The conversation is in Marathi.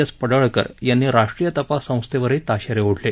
एस पडळकर यांनी राष्ट्रीय तपास संस्थेवरही ताशेरे ओढले